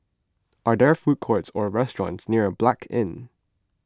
are there food courts or restaurants near Blanc Inn